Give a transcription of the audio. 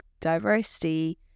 diversity